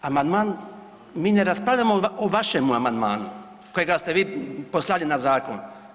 Amandman, mi ne raspravljamo o vašem amandmanu kojega ste vi poslali na zakon.